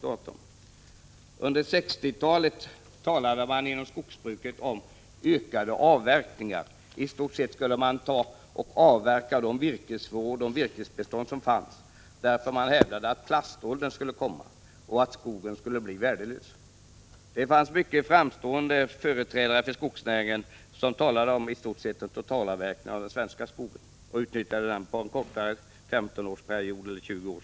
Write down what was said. Under 1960-talet talade man inom skogsbruket om ökade avverkningar. Man skulle i stort sett avverka de virkesförråd och virkesbestånd som fanns, eftersom man hävdade att plaståldern skulle komma och att skogen skulle bli värdelös. Det fanns mycket framstående företrädare för skogsnäringen som talade om en i stort sett total avverkning av den svenska skogen och ville utnyttja den under en, som man sade, kortare tidsperiod om 15-20 år.